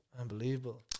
Unbelievable